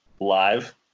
live